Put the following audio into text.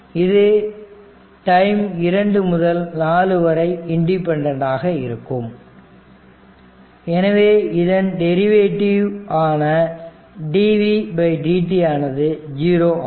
இது டைம் 2 முதல் 4 வரை இன்டிபென்டன்ட் ஆக இருக்கும் எனவே இதன் டெரிவேட்டிவ் ஆன dvtdt ஆனது 0 ஆகும்